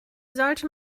sollte